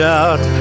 out